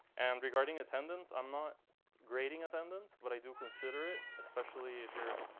and regarding attendance, i'm not grading attendance. but i do consider it, especially if you're